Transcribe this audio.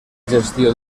gestió